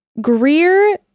Greer